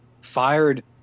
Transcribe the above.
fired